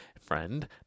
friend